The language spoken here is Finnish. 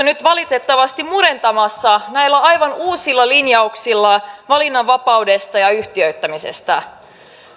nyt valitettavasti murentamassa näillä aivan uusilla linjauksilla valinnanvapaudesta ja yhtiöittämisestä